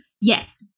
Yes